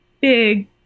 big